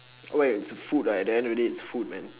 oh ya it's food ah at the end of the day it's food man